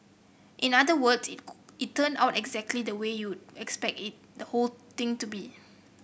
in other words it it turned out exactly the way you'd expect the whole thing to be